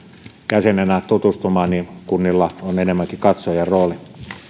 jäsenenä tutustumaan kunnilla on enemmänkin katsojan rooli